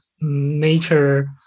nature